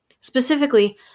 Specifically